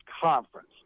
conference